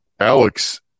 Alex